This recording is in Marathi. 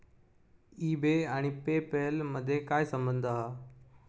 ई बे आणि पे पेल मधे काय संबंध हा?